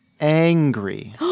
angry